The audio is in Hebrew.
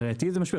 לדעתי זה משפיע,